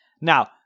Now